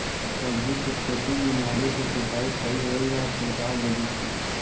सब्जी के खेती में नाली से सिचाई सही होई या छिड़काव बिधि से?